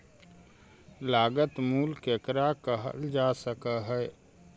लागत मूल्य केकरा कहल जा हइ?